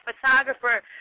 photographer